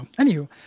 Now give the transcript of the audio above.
Anywho